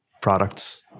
products